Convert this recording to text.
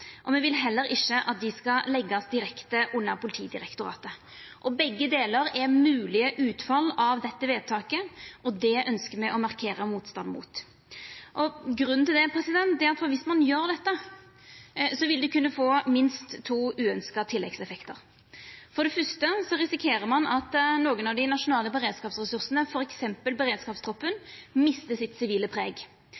og me vil heller ikkje at dei skal leggjast direkte under Politidirektoratet. Begge delar er moglege utfall av dette vedtaket, og det ønskjer me å markera motstand mot. Grunnen til det er at dersom ein gjer dette, vil det kunna få minst to uønskte tilleggseffektar. For det første risikerer ein at nokre av dei nasjonale beredskapsressursane, t.d. beredskapstroppen,